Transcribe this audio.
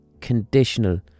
conditional